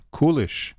coolish